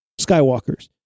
Skywalkers